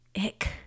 ick